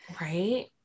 right